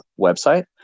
website